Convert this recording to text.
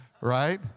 right